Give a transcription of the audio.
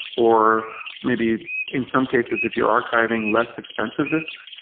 or maybe in some cases if you're archiving less expensive disks.